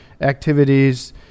activities